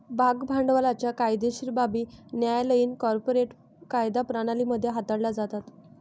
भाग भांडवलाच्या कायदेशीर बाबी न्यायालयीन कॉर्पोरेट कायदा प्रणाली मध्ये हाताळल्या जातात